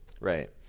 Right